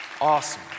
Awesome